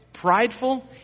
Prideful